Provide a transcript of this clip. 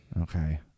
Okay